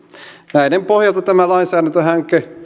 näiden pohjalta tämä lainsäädäntöhanke